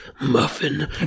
muffin